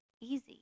easy